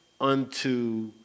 unto